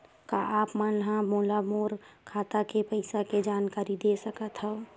का आप मन ह मोला मोर खाता के पईसा के जानकारी दे सकथव?